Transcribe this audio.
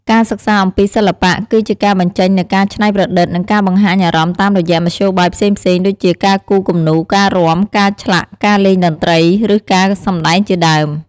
ការសិក្សាអំពី សិល្បៈ គឺជាការបញ្ចេញនូវការច្នៃប្រឌិត និងការបង្ហាញអារម្មណ៍តាមរយៈមធ្យោបាយផ្សេងៗ ដូចជាការគូរគំនូរ ការរាំ ការឆ្លាក់ ការលេងតន្ត្រី ឬការសម្ដែង ជាដើម។